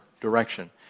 direction